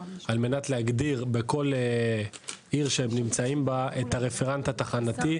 על מנת להגדיר בכל עיר שהם נמצאים פה את הרפרנט התחנתי,